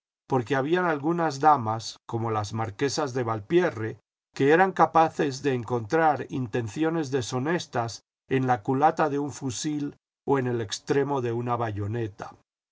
porque había algunas damas como las marquesas de valpierre que eran capaces de encontrar intenciones deshonestas en la culata de un fusil o en el extremo de una bayoneta